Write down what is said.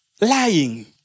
Lying